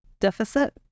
deficit